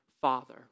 Father